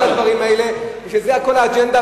וזה כל האג'נדה,